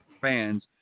fans